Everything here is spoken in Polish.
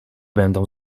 będą